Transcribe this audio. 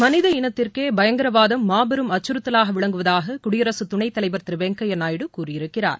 மனித இனத்திற்கே பயங்கரவாதம் மாபெரும் அச்சுறுத்தலாக விளங்குவதாக குடியரசு துணைத்தலைவர் திரு வெங்கையாநாயுடு கூறியிருக்கிறார்